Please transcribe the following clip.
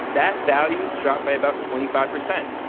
that value dropped by about twenty five percent.